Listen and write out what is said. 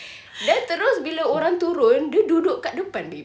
then terus bila orang turun dia duduk dekat depan babe